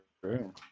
true